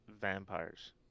vampires